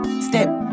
Step